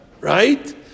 right